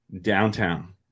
downtown